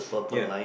ya